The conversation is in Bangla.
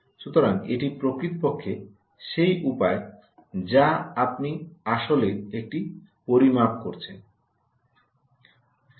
সুতরাং এটি প্রকৃতপক্ষে সেই উপায় যা আপনি আসলে একটি পরিমাপ করছেন